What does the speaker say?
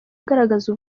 agaragaza